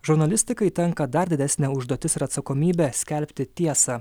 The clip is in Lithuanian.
žurnalistikai tenka dar didesnė užduotis ir atsakomybė skelbti tiesą